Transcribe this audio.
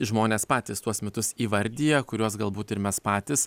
žmonės patys tuos mitus įvardija kuriuos galbūt ir mes patys